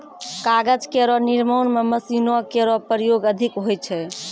कागज केरो निर्माण म मशीनो केरो प्रयोग अधिक होय छै